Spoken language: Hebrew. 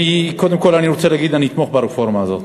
קודם כול אני רוצה להגיד: אני אתמוך ברפורמה הזאת,